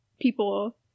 people